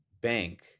bank